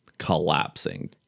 collapsing